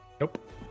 Nope